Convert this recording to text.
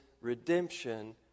redemption